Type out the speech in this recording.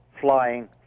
flying